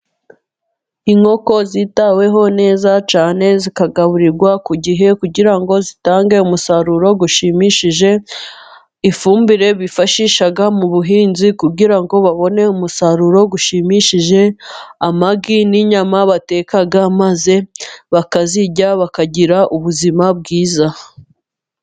Inkoko zitaweho neza cyane ,zikagaburirwa ku gihe kugira ngo zitange umusaruro ushimishije . Ifumbire bifashisha mu buhinzi kugira ngo babone umusaruro ushimishije. Amagi n'inyama bateka maze bakabirya bakagira ubuzima bwiza.